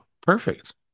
Perfect